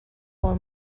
for